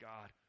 God